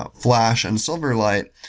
ah flash and silverlight,